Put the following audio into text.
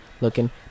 looking